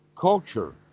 culture